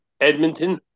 Edmonton